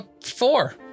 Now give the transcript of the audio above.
Four